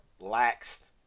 laxed